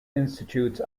institutes